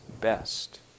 best